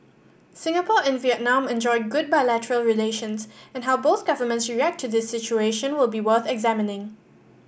Singapore and Vietnam enjoy good bilateral relations and how both governments react to this situation will be worth examining